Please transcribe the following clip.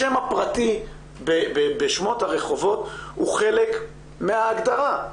השם הפרטי בשמות הרחובות הוא חלק מההגדרה.